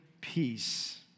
peace